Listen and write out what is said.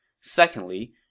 Secondly